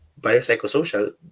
Biopsychosocial